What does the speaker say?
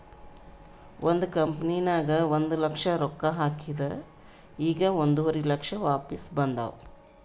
ಒಂದ್ ಕಂಪನಿನಾಗ್ ಒಂದ್ ಲಕ್ಷ ರೊಕ್ಕಾ ಹಾಕಿದ್ ಈಗ್ ಒಂದುವರಿ ಲಕ್ಷ ವಾಪಿಸ್ ಬಂದಾವ್